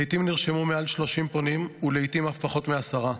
לעיתים נרשמו מעל 30 פונים ולעיתים פחות מעשרה,